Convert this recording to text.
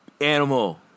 animal